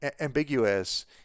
ambiguous